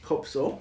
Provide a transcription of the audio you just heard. hope so